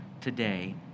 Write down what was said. today